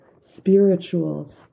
spiritual